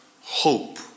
hope